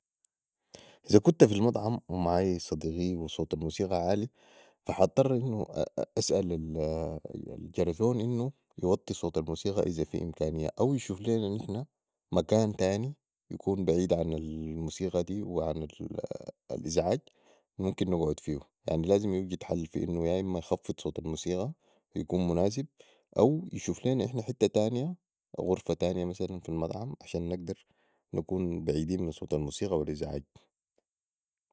إذا كنت في المطعم ومعاي صديقي وصوت الموسيقى عالي ح اطرا أسأل الجرسون انو يوطي صوت الموسيقى إذا في امكانية او يشوف لينا نحن مكان تاني يكون بعيدا عن الموسيقه دي وعن الازعاج ممكن نقعد فيهو يعني لازم يوجد حل في انو يا اما يخفض صوت الموسيقى يكون مناسب اويشوف لينا نحن حتي تانيه غرفه تانيه في المطعم عشان نكون بعيدين من صوت الموسيقى والازعاج